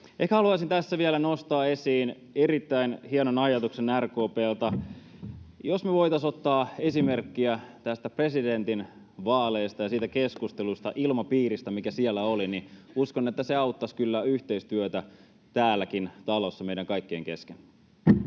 Ehkä haluaisin tässä vielä nostaa esiin erittäin hienon ajatuksen RKP:ltä. Jos me voisimme ottaa esimerkkiä tästä presidentinvaalista ja siitä keskustelusta, ilmapiiristä, mikä siellä oli, niin uskon, että se auttaisi kyllä yhteistyötä täälläkin talossa meidän kaikkien kesken.